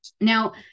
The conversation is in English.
Now